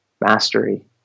mastery